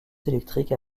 électriques